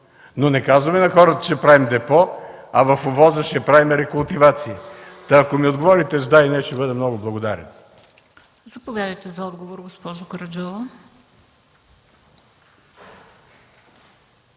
но не казваме на хората, че ще правим депо, а в ОВОС-а – ще правим рекултивация. Та ако ми отговорите с „да” или с „не”, ще бъда много благодарен.